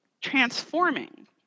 transforming